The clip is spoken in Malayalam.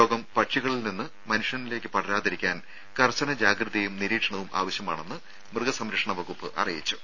രോഗം പക്ഷികളിൽ നിന്ന് മനുഷ്യനിലേക്ക് പടരാതിരിക്കാൻ കർശന ജാഗ്രതയും നിരീക്ഷണവും ആവശ്യമാണെന്നും മൃഗസംരക്ഷണ വകുപ്പ് അറിയിച്ചു